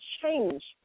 change